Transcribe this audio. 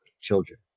children